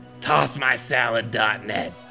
Tossmysalad.net